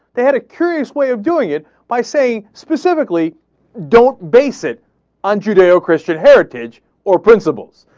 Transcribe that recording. they had a curious way of doing it by saying specifically don't base it on judeo-christian heritage or principles.